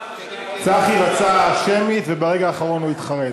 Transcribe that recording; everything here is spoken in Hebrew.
צחי רצה שמית, וברגע האחרון הוא התחרט.